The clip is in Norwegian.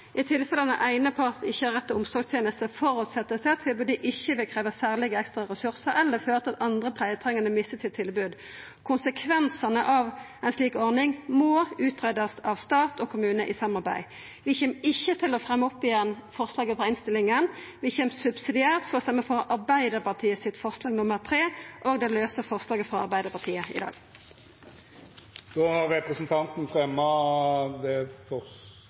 på institusjon. I tilfeller den ene part ikke har rett til omsorgstjenester, forutsettes det at tilbudet ikke vil kreve særlige ekstra ressurser eller føre til at andre pleietrengende mister sitt tilbud. Konsekvensene av en slik ordning må utredes av staten og kommunene i samarbeid.» Vi kjem ikkje til å ta opp vårt forslag i innstillinga, forslag nr. 4. Vi kjem subsidiært til å stemma for forslag nr. 3, frå Arbeidarpartiet og Kristeleg Folkeparti, og forslag nr. 5, frå Arbeidarpartiet. Representanten